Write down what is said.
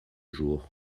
jour